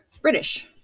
British